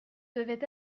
devait